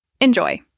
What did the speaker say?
Enjoy